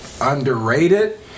underrated